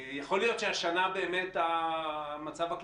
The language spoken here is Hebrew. לגבי החיסון נגד שפעת מדובר באותן הנחיות לכל